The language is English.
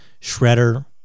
Shredder